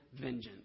vengeance